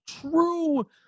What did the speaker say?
true